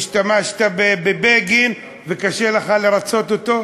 השתמשת בבגין וקשה לך לרצות אותו?